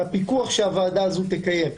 והפיקוח שהוועדה הזו תקיים,